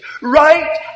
right